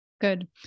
good